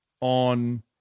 on